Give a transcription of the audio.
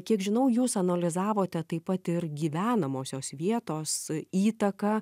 kiek žinau jūs analizavote taip pat ir gyvenamosios vietos įtaką